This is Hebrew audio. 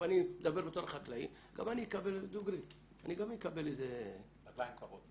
אני מדבר כחקלאי עכשיו, אני אקבל רגליים קרות.